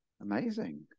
Amazing